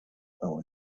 our